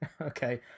okay